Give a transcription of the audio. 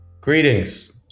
Greetings